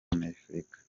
amerika